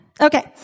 Okay